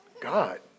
God